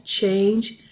change